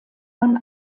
man